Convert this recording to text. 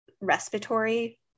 respiratory